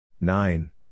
Nine